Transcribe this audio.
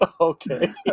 okay